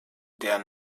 der